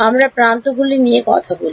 আমরা প্রান্তগুলি নিয়ে কথা বলি